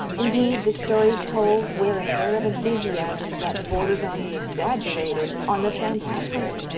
indeed the stories told wear an air of enthusiasm that borders on the exaggerated, on the fantastic.